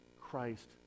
Christ